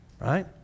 Right